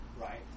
right